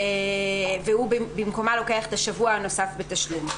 והוא במקומה לוקח את השבוע הנוסף בתשלום.